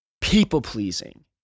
people-pleasing